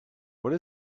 what